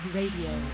Radio